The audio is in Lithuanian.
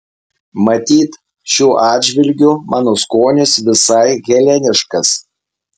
matyt šiuo atžvilgiu mano skonis visai heleniškas